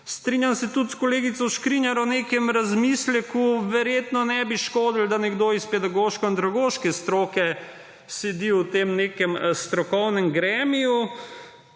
Strinjam se tudi s kolegico Škrinjar o nekem razmisleku. Verjetno ne bi škodilo, da nekdo iz pedagoško-andragoške stroke sedi v tem nekem strokovnem gremiju.